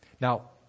Now